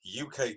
UK